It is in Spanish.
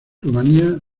rumania